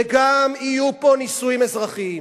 וגם יהיו פה נישואים אזרחיים.